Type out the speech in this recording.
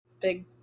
big